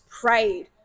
prayed